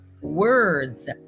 words